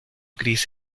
gris